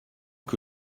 que